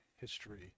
history